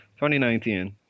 2019